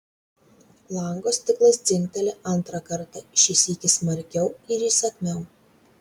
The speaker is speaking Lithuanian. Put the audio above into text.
lango stiklas dzingteli antrą kartą šį sykį smarkiau ir įsakmiau